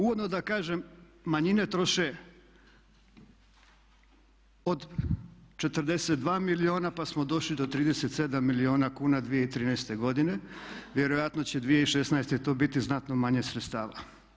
Uvodno da kažem manjine troše od 42 milijuna, pa smo došli do 37 milijuna kuna 2013.godine, vjerojatno će 2016.to biti znatno manje sredstava.